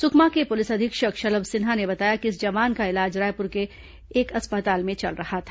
सुकमा के पुलिस अधीक्षक शलभ सिन्हा ने बताया कि इस जवान का इलाज रायपुर के एक अस्पताल में चल रहा था